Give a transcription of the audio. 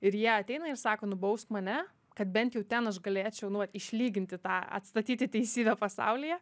ir jie ateina ir sako nubausk mane kad bent jau ten aš galėčiau nu va išlyginti tą atstatyti teisybę pasaulyje